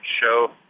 show